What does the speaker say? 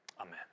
Amen